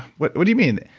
what what do you mean?